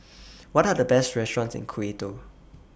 What Are The Best restaurants in Quito